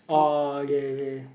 oh okay okay